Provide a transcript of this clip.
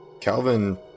Calvin